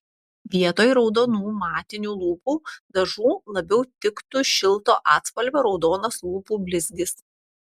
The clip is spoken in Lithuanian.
vietoj raudonų matinių lūpų dažų labiau tiktų šilto atspalvio raudonas lūpų blizgis